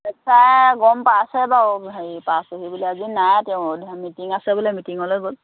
head ছাৰে গম পাইছে বাৰু হেৰি পাইছেহি বুলি আজি নাই তেওঁ মিটিং আছে বোলে মিটিঙলৈ গ'ল